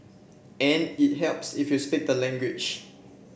and it helps if you speak the language